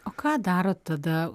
o ką darot tada